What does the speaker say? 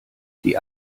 die